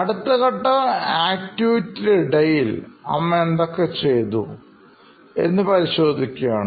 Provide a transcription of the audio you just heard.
അടുത്തഘട്ടം activity ഇടയിൽ അമ്മ എന്തൊക്കെ ചെയ്തു എന്ന് പരിശോധിക്കുകയാണ്